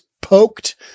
poked